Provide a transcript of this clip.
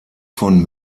von